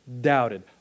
doubted